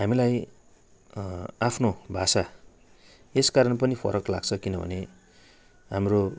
हामीलाई आफ्नो भाषा यस कारण पनि फरक लाग्छ किनभने हाम्रो